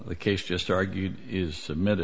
the case just argued is submitted